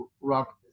rock